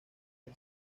del